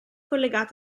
collegata